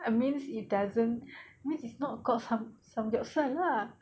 I mean it doesn't mean it's not called samgyeopsal lah